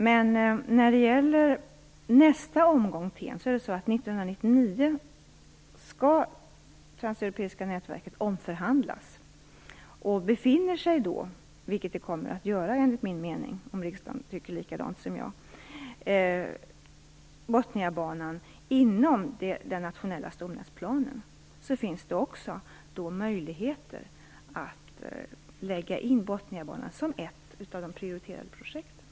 Men 1999 skall Transeuropeiska nätverket omförhandlas, och befinner sig Botniabanan då, vilket den kommer att göra enligt min mening - om riksdagen tycker likadant som jag - inom den nationella stomnätsplanen, finns det också möjligheter att lägga in Botniabanan som ett av de prioriterade projekten.